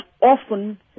often